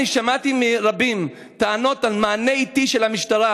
אני שמעתי מרבים טענות על מענה אטי של המשטרה